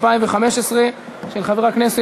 בעצם מביאה גם הרגשת חוסר כבוד לנשים וגם הרגשת